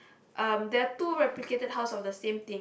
um there are two replicated house of the same thing